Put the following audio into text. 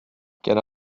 quel